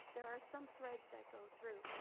there are some threads that go through.